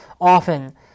often